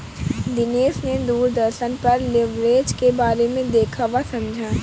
दिनेश ने दूरदर्शन पर लिवरेज के बारे में देखा वह समझा